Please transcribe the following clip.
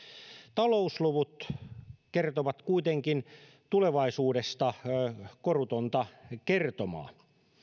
talousluvut kertovat kuitenkin tulevaisuudesta korutonta kertomaa